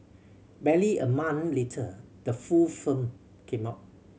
barely a month later the full film came out